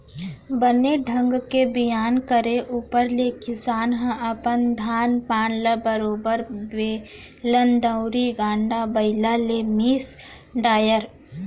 बने ढंग के बियान करे ऊपर ले किसान ह अपन धान पान ल बरोबर बेलन दउंरी, गाड़ा बइला ले मिस डारय